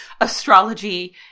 Astrology